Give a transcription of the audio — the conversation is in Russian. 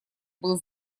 был